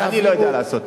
אני לא יודע לעשות.